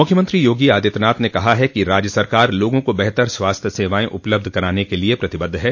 मुख्यमंत्री योगी आदित्यनाथ ने कहा है कि राज्य सरकार लोगों को बेहतर स्वास्थ्य सेवाएं उपलब्ध कराने के लिए प्रतिबद्ध है